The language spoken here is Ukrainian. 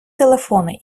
телефони